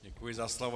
Děkuji za slovo.